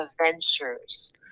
adventures